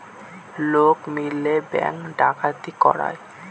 লোক মিলে ব্যাঙ্ক ডাকাতি করায়